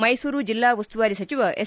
ಮೈಸೂರು ಜಿಲ್ಡಾ ಉಸ್ತುವಾರಿ ಸಚಿವ ಎಸ್